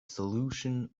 solution